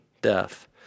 death